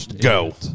go